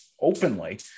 openly